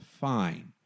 fine